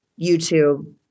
YouTube